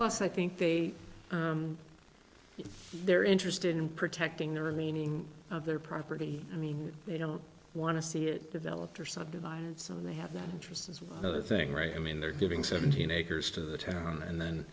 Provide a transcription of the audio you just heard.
plus i think they they're interested in protecting the remaining of their property i mean they don't want to see it developed or subdivided so they have that interest as no thing right i mean they're giving seventeen acres to the town and then